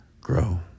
grow